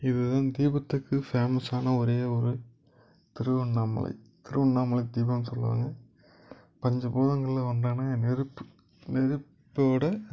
இதுதான் தீபத்துக்கு ஃபேமஸான ஒரே ஒரு திருவண்ணாமலை திருவண்ணாமலை தீபம்னு சொல்வாங்க பஞ்ச பூதங்களில் ஒன்றான நெருப்பு நெருப்போட